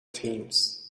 teams